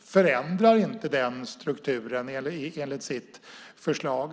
förändrar inte den strukturen enligt sitt förslag.